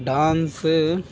dance